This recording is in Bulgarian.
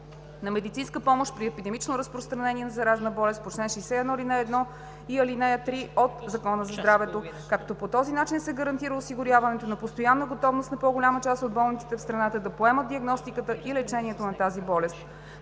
на медицинска помощ при епидемично разпространение на заразна болест по чл. 61, ал. 1 или 3 от Закона за здравето, като по този начин се гарантира осигуряването на постоянна готовност на по-голяма част от болниците в страната да поемат диагностиката и лечението на тази болест.